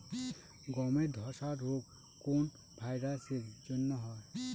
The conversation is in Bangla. গমের ধসা রোগ কোন ভাইরাস এর জন্য হয়?